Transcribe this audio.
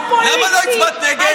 אה, למה לא הצבעת נגד?